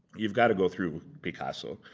you've got to go through picasso.